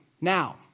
Now